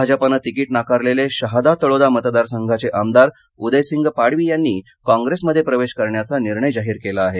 भाजपानं तिकीट नाकारलेले शहादा तळोदामतदारसंघाचे आमदार उदेसिंग पाडवी यांनी कॉप्रेसमध्ये प्रवेश करण्याचा निर्णय जाहीर केला आहे